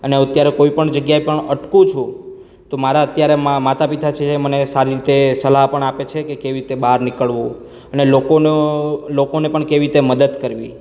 અને હું અત્યારે કોઇપણ જગ્યાએ પણ અટકું છું તો મારા અત્યારે મા માતા પિતા છે જે મને સારી રીતે સલાહ પણ આપે છે કે કેવી રીતે બહાર નીકળવું અને લોકોનો લોકોને પણ કેવી રીતે મદદ કરવી